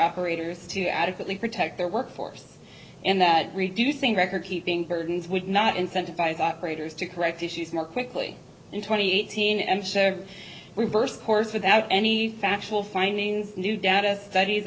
readers to adequately protect their workforce and that reducing recordkeeping burdens would not incentivize operators to correct issues more quickly than twenty eighteen and share reversed course without any factual finding new data studies